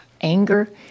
anger